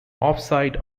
offside